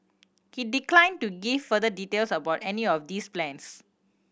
he declined to give further details about any of these plans